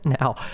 now